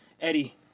Eddie